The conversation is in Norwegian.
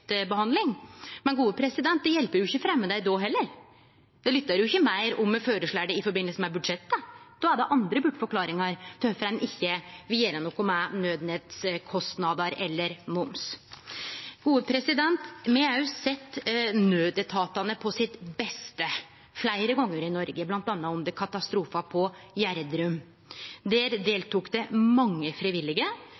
det hjelper jo ikkje å fremje dei då heller; dei lyttar jo ikkje meir om me føreslår det i forbindelse med budsjettet. Då er det andre bortforklaringar på kvifor ein ikkje vil gjere noko med nødnettkostnadar eller moms. Me har sett nødetatane på sitt beste fleire gonger i Noreg, bl.a. under katastrofen i Gjerdrum. Der